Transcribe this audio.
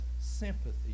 sympathy